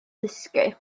dysgu